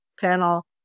panel